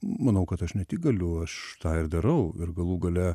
manau kad aš ne tik galiu aš tą ir darau ir galų gale